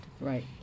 Right